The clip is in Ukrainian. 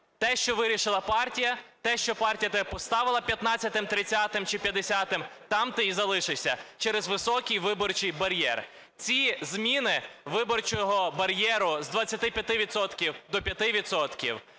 те, що вирішила партія, те, що тебе партія поставила 15-им, 30-им чи 50-им, там ти і залишися через високий виборчий бар'єр. Ці зміни виборчого бар'єру з 25